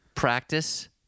Practice